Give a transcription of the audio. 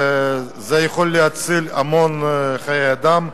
וזה יכול להציל המון חיי אדם.